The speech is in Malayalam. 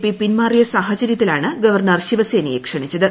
പി പിൻമാറിയ സാഹചര്യത്തിലാണ് ഗവർണർ ശിവസേനയെ ക്ഷണിച്ചത്